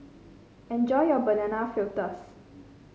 enjoy your Banana Fritters